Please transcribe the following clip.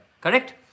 correct